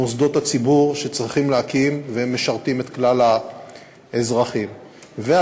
מוסדות הציבור שמשרתים את כלל האזרחים וצריכים להקים,